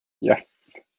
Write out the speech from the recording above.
Yes